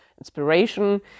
inspiration